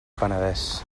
penedès